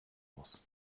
muss